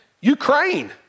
Ukraine